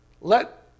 Let